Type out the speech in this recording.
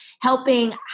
helping